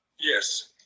Yes